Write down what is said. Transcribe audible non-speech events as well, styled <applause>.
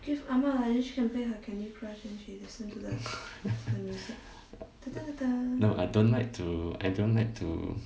<laughs> no I don't like to I don't like to